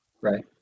Right